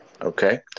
Okay